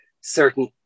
certain